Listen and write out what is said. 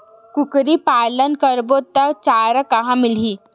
कुकरी पालन करबो त चारा कहां मिलही?